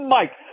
Mike